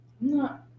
No